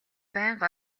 байнга